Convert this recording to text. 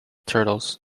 turtles